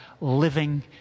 living